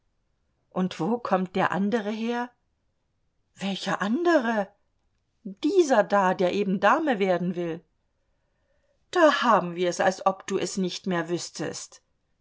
und wo kommt der andere her welcher andere dieser da der eben dame werden will da haben wir's als ob du es nicht mehr wüßtest